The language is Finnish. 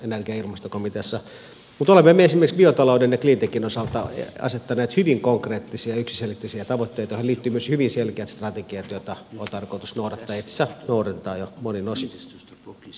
mutta olemme me esimerkiksi biotalouden ja cleantechin osalta asettaneet hyvin konkreettisia ja yksiselitteisiä tavoitteita joihin liittyy myös hyvin selkeät strategiat joita on tarkoitus noudattaa ja itse asiassa noudatetaan jo monin osin